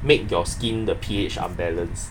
make your skin the P_H unbalance